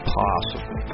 possible